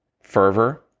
fervor